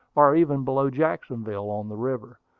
or even below jacksonville on the river.